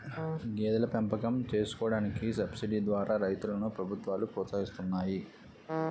గేదెల పెంపకం చేసుకోడానికి సబసిడీ ద్వారా రైతులను ప్రభుత్వాలు ప్రోత్సహిస్తున్నాయి